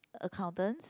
accountant